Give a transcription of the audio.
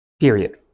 period